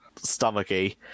stomachy